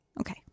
okay